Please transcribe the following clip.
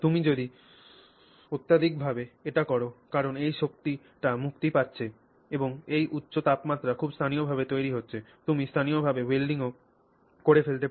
তুমি যদি অত্যধিকভাবে এটি কর কারণ এই শক্তিটি মুক্তি পাচ্ছে এবং এই উচ্চ তাপমাত্রা খুব স্থানীয়ভাবে তৈরি হচ্ছে তুমি স্থানীয়ভাবে ওয়েল্ডিংও করে ফেলতে পার